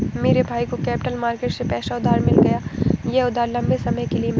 मेरे भाई को कैपिटल मार्केट से पैसा उधार मिल गया यह उधार लम्बे समय के लिए मिला है